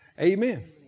Amen